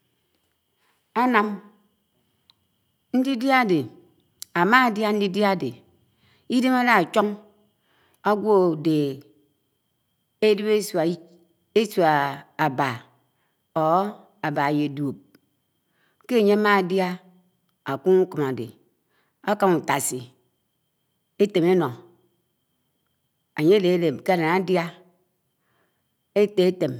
ánam n̄didia áde. ámadiá n̄didiá áde, id̄em ála áchon ágwo ádehe ésua ába ór ába yé duop ké ánye ámadiá ákum ukom áde ákama ūtasī étem éno̱, an̄ye álelep ké álan ádia ete etem.